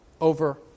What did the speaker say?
over